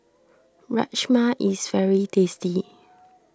Rajma is very tasty